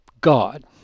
God